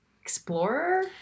Explorer